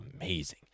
amazing